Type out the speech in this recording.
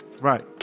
right